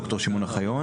ד"ר שמעון אוחיון.